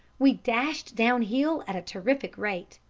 we dashed downhill at a terrific rate,